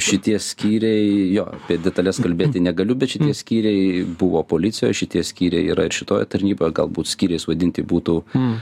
šitie skyriai jo apie detales kalbėti negaliu bet šitie skyriai buvo policijoj šitie skyriai yra ir šitoj tarnyboj galbūt skyriais vadinti būtų